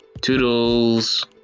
toodles